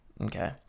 Okay